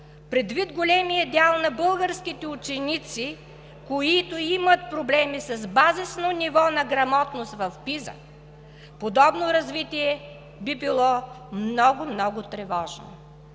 предвид големия дял на българските ученици, които имат проблеми с базисно ниво на грамотност в PISA. Подобно развитие би било много, много тревожно.